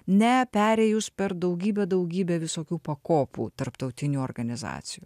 ne perėjus per daugybę daugybę visokių pakopų tarptautinių organizacijų